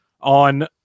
on